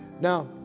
Now